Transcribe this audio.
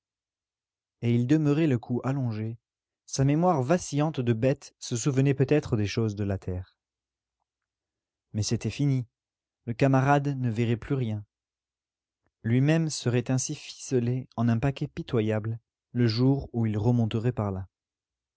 et il demeurait le cou allongé sa mémoire vacillante de bête se souvenait peut-être des choses de la terre mais c'était fini le camarade ne verrait plus rien lui-même serait ainsi ficelé en un paquet pitoyable le jour où il remonterait par là